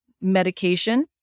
medication